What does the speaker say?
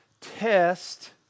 test